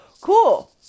Cool